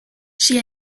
she